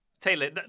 Taylor